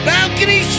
Balcony